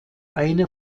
eine